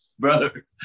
brother